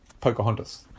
Pocahontas